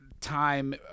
time